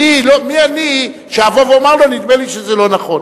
מי אני שאבוא ואומר לו: נדמה לי שזה לא נכון?